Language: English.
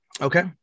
Okay